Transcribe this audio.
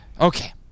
Okay